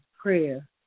prayer